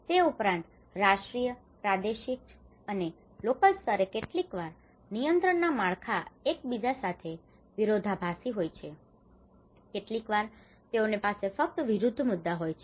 તે ઉપરાંત રાષ્ટ્રીય પ્રાદેશિક અને લોકલ સ્તરે કેટલીક વાર નિયંત્રણ ના માળખા એકબીજા સાથે વિરોધાભાસી હોય છેકેટલીક વાર તેઓનો પાસે ફક્ત વિરૃદ્ધ મુદ્દાઓ હોય છે